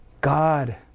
God